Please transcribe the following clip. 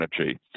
energy